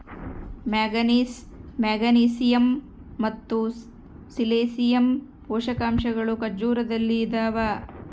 manganese magnesium ಮತ್ತು selenium ಪೋಷಕಾಂಶಗಳು ಖರ್ಜೂರದಲ್ಲಿ ಇದಾವ